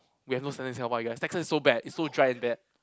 we have no standard in Singapore I guess Texas is so bad it's so dry and bad